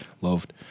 loved